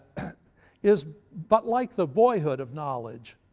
is but like the boyhood of knowledge,